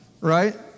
right